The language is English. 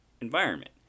environment